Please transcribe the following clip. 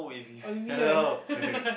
oh with me right